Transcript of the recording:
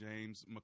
James